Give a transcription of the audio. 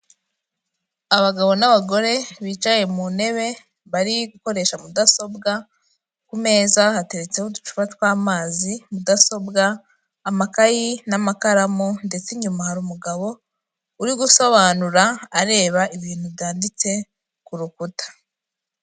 Abagabo n'abagore bicaye mu ntebe bari gukoresha mudasobwa, ku meza hateretseho uducura tw'amazi, mudasobwa, amakayi n'amakaramu, ndetse inyuma hari umugabo uri gusobanura areba ibintu byanditse ku rukuta.